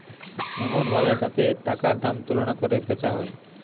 এমন বাজার যাতে টাকার দাম তুলনা কোরে বেচা হয়